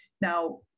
Now